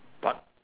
dark